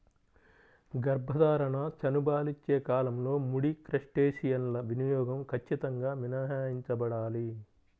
గర్భధారణ, చనుబాలిచ్చే కాలంలో ముడి క్రస్టేసియన్ల వినియోగం ఖచ్చితంగా మినహాయించబడాలి